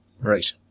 Right